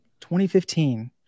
2015